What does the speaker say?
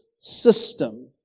system